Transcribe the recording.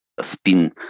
spin